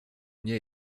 nie